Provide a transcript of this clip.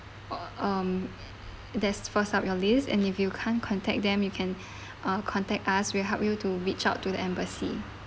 uh um there's first up your lists and if you can't contact them you can uh contact us we help you to reach out to the embassy